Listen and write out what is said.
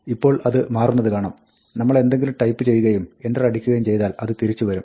ഇപ്പോൾ അത് മാറുന്നത് കാണാം നമ്മൾ എന്തെങ്കിലും ടൈപ്പ് ചെയ്യുകയും എന്റർ അടിക്കുയും ചെയ്താൽ അത് തിരിച്ചു വരും